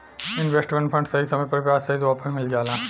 investment fund सही समय पर ब्याज सहित वापस मिल जाला